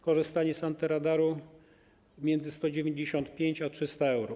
Korzystanie z antyradaru - między 195 euro a 300 euro.